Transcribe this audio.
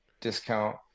discount